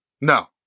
No